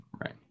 Right